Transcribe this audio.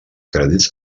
crèdits